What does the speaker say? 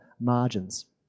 margins